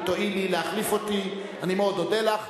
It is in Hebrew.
אם תואילי להחליף אותי אני מאוד אודה לך.